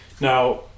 Now